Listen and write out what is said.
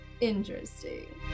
Interesting